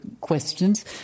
questions